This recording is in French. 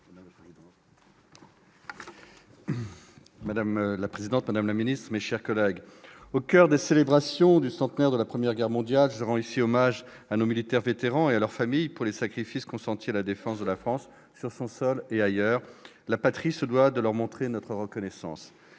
Madame la présidente, madame la secrétaire d'État, mes chers collègues, au coeur des célébrations du centenaire de la Première Guerre mondiale, je rends ici hommage à nos militaires vétérans et à leurs familles pour les sacrifices consentis à la défense de la France, sur son sol et ailleurs. La patrie se doit de leur montrer sa reconnaissance.